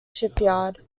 shipyard